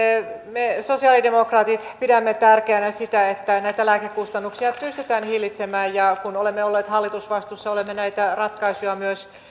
me sosialidemokraatit pidämme tärkeänä sitä että näitä lääkekustannuksia pystytään hillitsemään ja kun olemme olleet hallitusvastuussa olemme näitä ratkaisuja myös